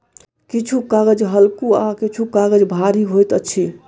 किछु कागज हल्लुक आ किछु काजग भारी होइत अछि